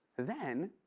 then,